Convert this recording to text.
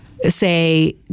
say